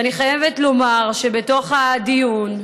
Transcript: ואני חייבת לומר שבתוך הדיון,